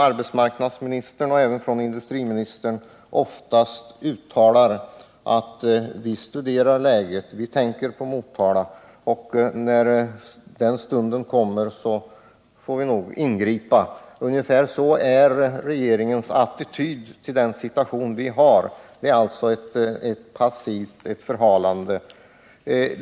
Arbetsmarknadsministern och även industriministern säger ofta: Vi studerar läget. Vi tänker på Motala. När den stunden kommer får vi nog Nr 152 ingripa. Ungefär sådan är regeringens attityd till den situation vi har — alltså passivitet och förhalande.